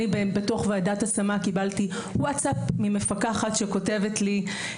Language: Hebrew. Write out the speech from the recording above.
אני בוועדת ההשמה קיבלתי ווטסאפ ממפקחת שכותבת לי: